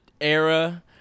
era